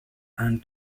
and